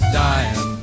dying